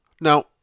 Now